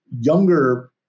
younger